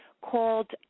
called